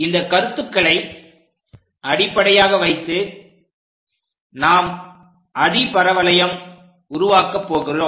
இந்தக் கருத்துக்களை அடிப்படையாக வைத்து நாம் அதிபரவளையத்தை உருவாக்க போகிறோம்